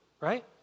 right